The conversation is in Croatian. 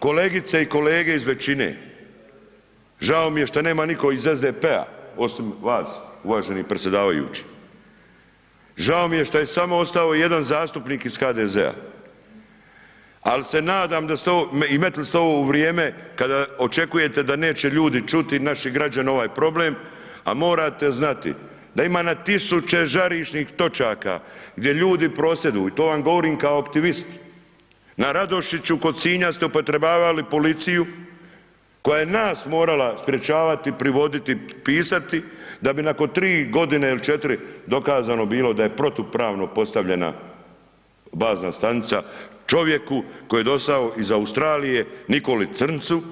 Kolegice i kolege iz većine, žao mi je što nema nitko iz SDP-a osim vas uvaženi predsjedavajući, žao mi je što je samo ostao jedan zastupnik iz HDZ-a, ali se nadam i metli ste ovo u vrijeme kada očekujete da neće ljudi čuti i naši građani ovaj problem, a morate znati da ima na 1.000 žarišnih točaka gdje ljudi prosvjeduju, to vam govorim kao optimist, na Radošiću kod Sinja ste upotrebljavali policiju koja je nas morala sprječavati, privoditi pisati da bi nakon 3 godine ili 4 dokazano bilo da je protupravno postavljena bazna stanica čovjeku koji je došao iz Australije Nikoli Crncu,